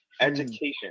Education